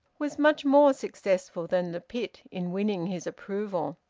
was much more successful than the pit in winning his approval.